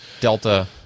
delta